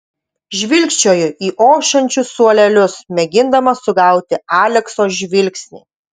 žvilgčioju į ošiančius suolelius mėgindama sugauti alekso žvilgsnį